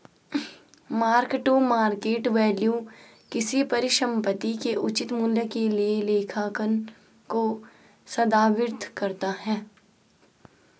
mark to market value किसी परिसंपत्ति के उचित मूल्य के लिए लेखांकन को संदर्भित करता है